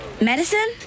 Medicine